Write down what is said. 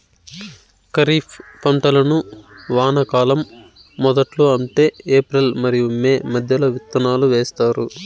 ఖరీఫ్ పంటలను వానాకాలం మొదట్లో అంటే ఏప్రిల్ మరియు మే మధ్యలో విత్తనాలు వేస్తారు